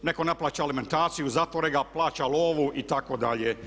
Netko ne plaća alimentaciju, zatvore ga, plaća lovu itd.